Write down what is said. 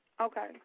Okay